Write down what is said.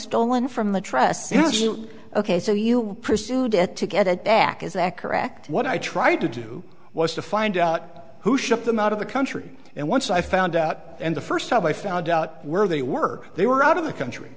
stolen from the track ok so you presume to get that back is that correct what i tried to do was to find out who shipped them out of the country and once i found out and the first time i found out where they were they were out of the country